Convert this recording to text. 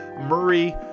Murray